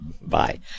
Bye